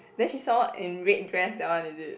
then she saw her in red dress that one is it